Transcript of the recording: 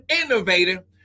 innovator